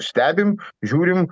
stebim žiūrim